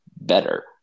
better